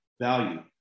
value